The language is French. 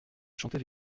chantait